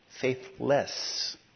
faithless